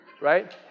right